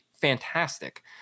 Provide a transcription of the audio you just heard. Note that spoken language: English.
fantastic